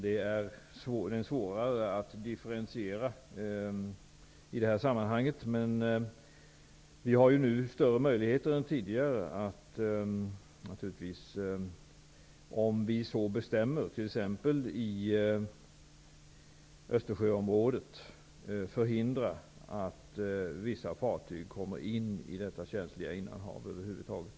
Det är svårare att differentiera i sammanhanget, men vi har nu större möjligheter än tidigare att -- om vi så bestämmer, t.ex. i Östersjöområdet -- förhindra att vissa fartyg kommer in i detta känsliga innanhav över huvud taget.